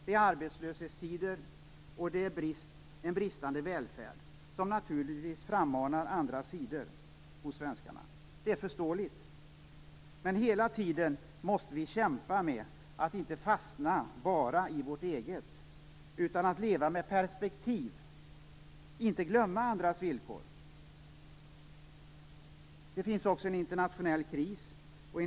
Det är arbetslöshetstider, och det är en bristande välfärd som naturligtvis frammanar andra sidor hos svenskarna. Det är förståeligt. Men hela tiden måste vi kämpa med att inte fastna i bara vårt eget utan att leva med perspektiv och inte glömma andras villkor. Det finns också en internationell kris.